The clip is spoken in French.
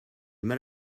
mal